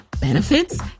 benefits